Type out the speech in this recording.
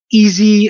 easy